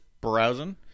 browsing